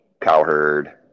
Cowherd